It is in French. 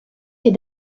est